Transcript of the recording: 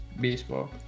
baseball